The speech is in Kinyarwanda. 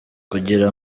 kugira